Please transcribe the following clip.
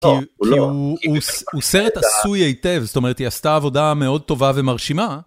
כי הוא סרט עשוי היטב, זאת אומרת, היא עשתה עבודה מאוד טובה ומרשימה.